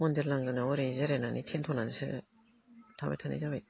मन्दिर लांगोनायाव ओरैनो जिरायनानै थेनथ'नानैसो थाबाय थानाय जाबाय